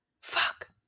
Fuck